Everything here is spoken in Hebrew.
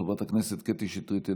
חברת הכנסת קטי שטרית,